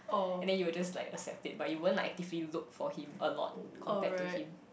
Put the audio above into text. and then you'll just like accept it but you won't like actively look for him a lot compared to him